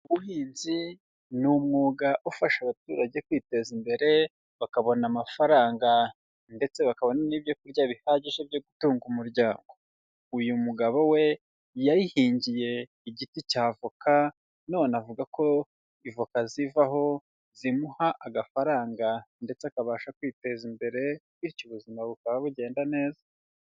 Ubuhinzi ni umwuga ufasha abaturage kwiteza imbere, bakabona amafaranga, ndetse bakabona n'ibyo kurya bihagije byo gutunga umuryango, uyu mugabo we yayihingiye igiti cya avoka, none avuga ko ivoka zivaho zimuha agafaranga ndetse akabasha kwiteza imbere, bityo ubuzima bukaba bugenda neza.